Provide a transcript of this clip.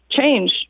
change